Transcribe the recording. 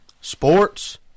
sports